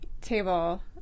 table